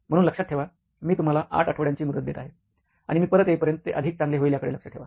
म्हणून लक्षात ठेवा मी तुम्हाला आठ आठवड्यांची मुदत देत आहे आणि मी परत येईपर्यंत ते अधिक चांगले होईल याकडे लक्ष ठेवा